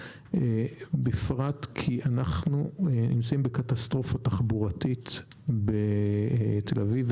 בפרט כי אנחנו נמצאים בקטסטרופה תחבורתית בתל אביב,